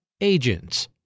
Agents